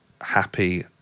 happy